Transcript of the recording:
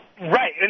Right